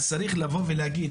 אז צריך להגיד,